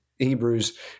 Hebrews